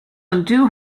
undo